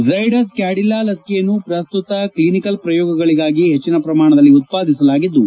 ಿ ಕೊಡುತ್ತಿದ್ದಾ ಲಸಿಕೆಯನ್ನು ಪ್ರಸ್ತುತ ಕ್ಷಿನಿಕಲ್ ಪ್ರಯೋಗಗಳಿಗಾಗಿ ಹೆಚ್ಚಿನ ಪ್ರಮಾಣದಲ್ಲಿ ಉತ್ಪಾದಿಸಲಾಗಿದ್ದು